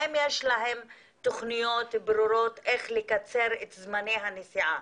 האם יש להם תוכניות ברורות איך לקצר את זמני הנסיעה.